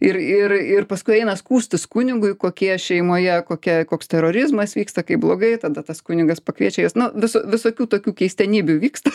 ir ir ir paskui eina skųstis kunigui kokie šeimoje kokia koks terorizmas vyksta kaip blogai tada tas kunigas pakviečia juos nu visų visokių tokių keistenybių vyksta